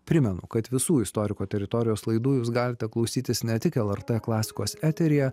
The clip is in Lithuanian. primenu kad visų istoriko teritorijos laidų jūs galite klausytis ne tik lrt klasikos eteryje